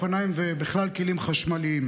במספר ההרוגים מאופניים ובכלל כלים חשמליים.